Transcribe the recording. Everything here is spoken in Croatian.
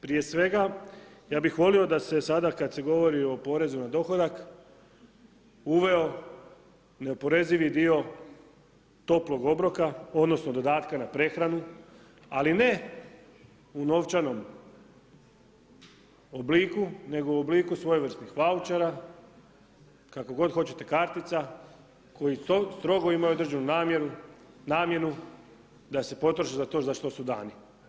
Prije svega ja bih volio da se sada kada se govori o porezu na dohodak uveo neoporezivi dio toplog obroka odnosno dodatka na prehranu, ali ne u novčanom obliku nego u obliku svojevrsnih vaučera, kako god hoćete, kartica koji strogo imaju određenu namjenu da se potroše za to za što su dani.